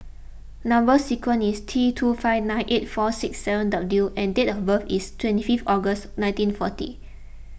Number Sequence is T two five nine eight four six seven W and date of birth is twenty fifth August nineteen forty